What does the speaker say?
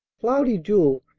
cloudy jewel,